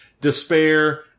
despair